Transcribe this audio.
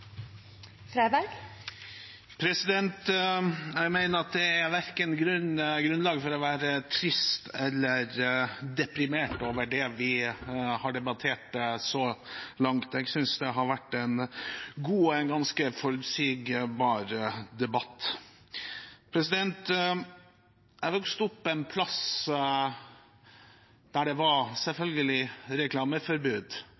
synest eg Stortinget skal ta inn over seg. Jeg mener det ikke er grunnlag for å være verken trist eller deprimert over det vi har debattert så langt. Jeg synes det har vært en god og ganske forutsigbar debatt. Jeg har vokst opp på en plass der det selvfølgelig var